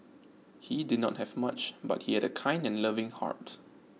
he did not have much but he had a kind and loving heart